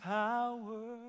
power